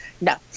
no